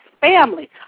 family